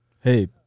hey